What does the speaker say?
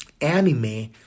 anime